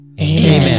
Amen